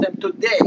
today